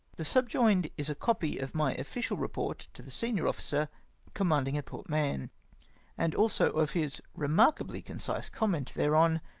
the subjomed is a copy of my official report to the senior officer commanding at port mahon and also of his remarkably concise comment thereon,